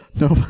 Nope